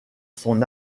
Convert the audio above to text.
son